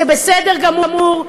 זה בסדר גמור,